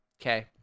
Okay